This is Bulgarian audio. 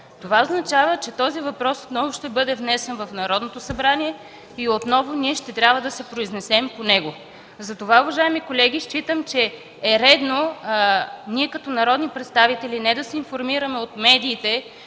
Това означава, че този въпрос отново ще бъде внесен в Народното събрание и отново ние ще трябва да се произнесем по него. Уважаеми колеги, считам, че е редно като народни представители не да се информираме от медиите